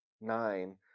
nine